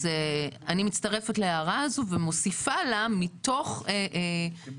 אז אני מצטרפת להערה הזאת ומוסיפה לה מתוך התחשבות